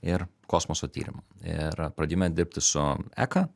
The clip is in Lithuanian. ir kosmoso tyrimų ir pradėjome dirbti su eka